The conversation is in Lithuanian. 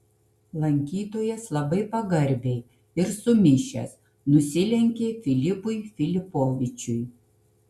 lankytojas labai pagarbiai ir sumišęs nusilenkė filipui filipovičiui